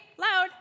Loud